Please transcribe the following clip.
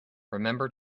remember